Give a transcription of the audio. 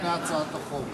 לפני הצעת החוק,